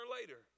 later